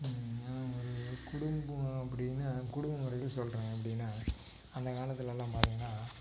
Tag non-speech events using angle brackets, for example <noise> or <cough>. <unintelligible> குடும்பம் அப்படின்னா குடும்ப முறைகள் சொல்கிறாங்க அப்படின்னா அந்தக் காலத்தில் எல்லாம் பார்த்திங்கன்னா